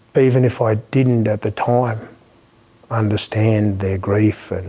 even if i didn't at the time understand their grief. and